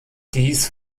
dies